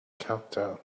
countdown